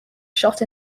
shot